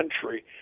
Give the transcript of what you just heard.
country